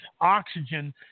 oxygen